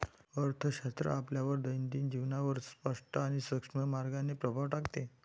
अर्थशास्त्र आपल्या दैनंदिन जीवनावर स्पष्ट आणि सूक्ष्म मार्गाने प्रभाव टाकते